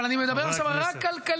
אבל אני מדבר עכשיו רק כלכלית.